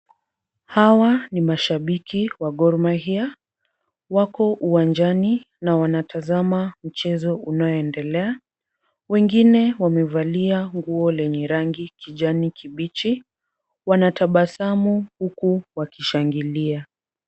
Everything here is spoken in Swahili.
Hawa ni mashabiki wa Gor Mahia, wako uwanjani na wanatazama mchezo unaoendelea. Wengine wamevalia nguo lenye rangi kijani kibichi, wanatabasamu huku wakishangilia.